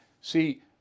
See